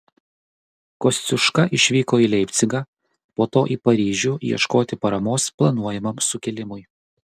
kosciuška išvyko į leipcigą po to į paryžių ieškoti paramos planuojamam sukilimui